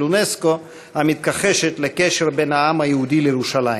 אונסק"ו המתכחשת לקשר בין העם היהודי לירושלים.